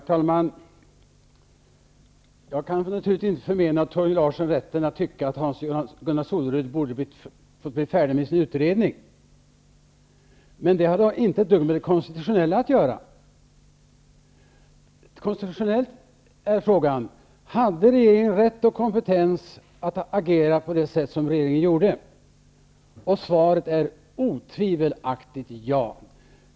Herr talman! Jag kan naturligtvis inte förmena Solerud borde ha fått bli färdig med sin utredning. Men det har inte ett dugg med det konstitutionella att göra. Konstitutionellt är frågan: Hade regeringen rätt och kompetens att agera på det sätt som regeringen gjorde? Svaret är otvivelaktigt ja.